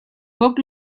poc